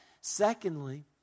Secondly